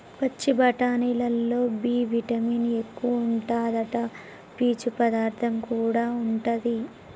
పచ్చి బఠానీలల్లో B vitamin ఎక్కువుంటాదట, పీచు పదార్థం కూడా ఉంటది